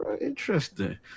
interesting